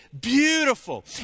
beautiful